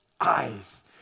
eyes